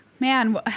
Man